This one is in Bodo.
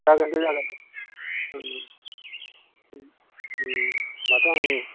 जागोन दे जागोन ओं ओं होमब्लाथ' आं